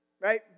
right